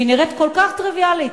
שנראית כל כך טריוויאלית,